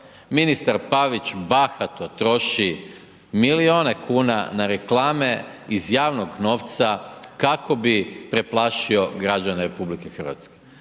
Ministar Pavić bahato troši milijune kuna na reklame iz javnog novca kako bi preplašio građane RH. To je vrhunac